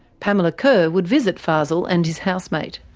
pamela curr would visit fazel and his housemate.